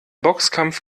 boxkampf